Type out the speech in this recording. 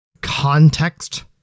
context